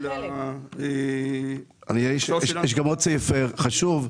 יש עוד סעיף חשוב.